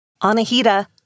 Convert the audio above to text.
Anahita